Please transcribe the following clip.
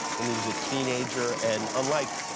when he was a teenager. and unlike